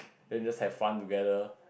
then just have fun together